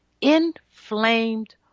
Inflamed